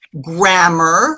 grammar